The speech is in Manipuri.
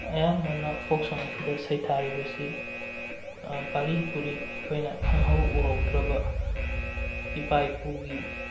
ꯑꯌꯥꯝꯕꯅ ꯐꯣꯛ ꯁꯣꯡ ꯑꯁꯤꯗ ꯁꯩꯊꯥꯔꯤꯕꯁꯤ ꯄꯥꯔꯤ ꯄꯨꯔꯤ ꯑꯩꯈꯣꯏꯅ ꯈꯪꯍꯧ ꯎꯍꯧꯗ꯭ꯔꯕ ꯏꯄꯥ ꯏꯄꯨꯒꯤ